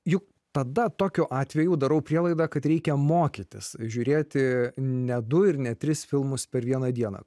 juk tada tokiu atveju darau prielaidą kad reikia mokytis žiūrėti ne du ir ne tris filmus per vieną dieną